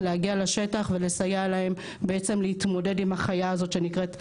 להגיע לשטח ולסייע להם להתמודד עם החיה הזאת שנקראת "טכנולוגיה".